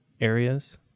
areas